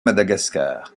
madagascar